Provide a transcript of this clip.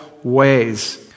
Ways